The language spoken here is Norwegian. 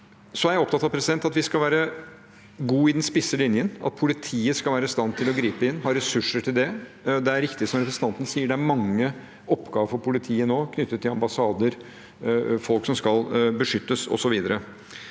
Jeg er opptatt av at vi skal være gode i den spisse linjen – at politiet skal være i stand til å gripe inn og ha ressurser til det. Det er riktig, som representanten sier, at det er mange oppgaver for politiet knyttet til ambassader, folk som skal beskyttes, osv.